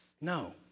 No